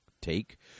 take